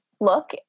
look